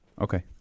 Okay